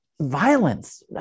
violence